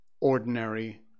ordinary